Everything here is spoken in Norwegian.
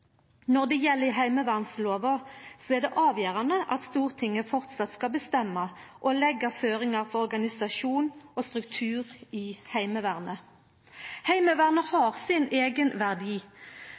Når det gjeld heimevernsloven, er det avgjerande at Stortinget framleis skal bestemma og leggja føringar for organisasjon og struktur i Heimevernet. Heimevernet